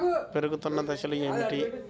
పెరుగుతున్న దశలు ఏమిటి?